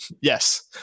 Yes